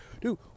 Dude